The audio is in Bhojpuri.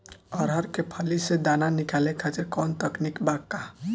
अरहर के फली से दाना निकाले खातिर कवन तकनीक बा का?